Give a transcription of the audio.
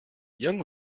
young